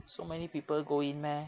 so many people go in meh